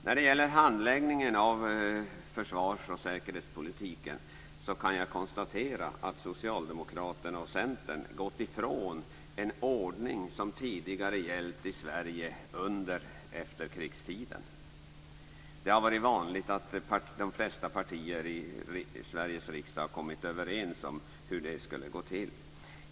När det gäller handläggningen av försvars och säkerhetspolitiken kan jag konstatera att Socialdemokraterna och Centern har gått ifrån en ordning som gällt i Sverige under efterkrigstiden. Det har ju varit vanligt att de flesta partierna i Sveriges riksdag kommit överens om hur det skall gå till.